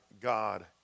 God